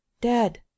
Dead